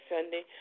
Sunday